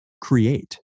create